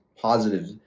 positive